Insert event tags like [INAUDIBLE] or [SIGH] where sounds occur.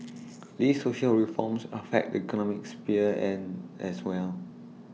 [NOISE] these social reforms affect economic sphere and as well